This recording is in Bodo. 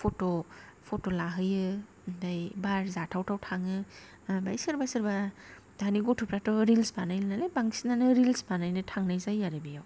फथ' लाहैयो ओमफाय बार जाथावथाव थाङो ओमफाय सोरबा सोरबा दानि गथ'फ्राथ' रिलस बानायो नालाय बांसिनानो रिलस बानायनो थांनाय जायो आरो बेयाव